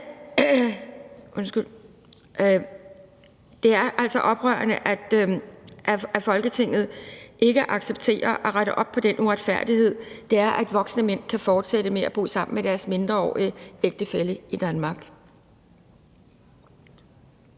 Det er altså oprørende, at Folketinget ikke accepterer at rette op på den uretfærdighed, det er, at voksne mænd kan fortsætte med at bo sammen med deres mindreårige ægtefæller i Danmark.